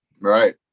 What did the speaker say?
Right